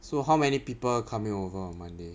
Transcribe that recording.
so how many people coming over on monday